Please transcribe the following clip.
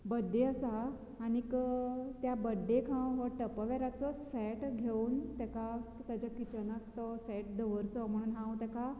birthday आसा आनीक त्या बर्थडेक हांव हो टपरवेराचोच सॅट घेवन ताका की ताज्या किचनांत तो सॅट दवरचो म्हणून हांव ताका